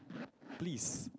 please